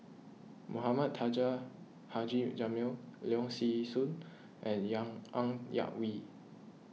Mohamed Taha Haji Jamil Leong Yee Soo and Yang Ng Yak Whee